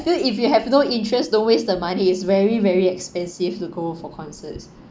I feel if you have no interest don't waste the money is very very expensive to go for concerts